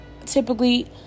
typically